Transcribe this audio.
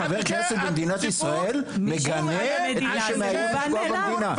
חבר כנסת במדינת ישראל מגנה את מי שמאיים לפגוע במדינה,